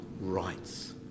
rights